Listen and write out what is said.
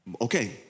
okay